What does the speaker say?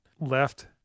left